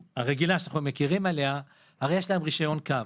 שאנחנו מכירים, עובדת הרי יש להם רישיון קו.